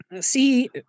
see